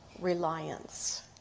reliance